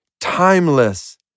timeless